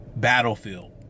battlefield